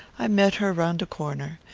i met her round de corner.